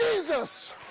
Jesus